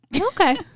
Okay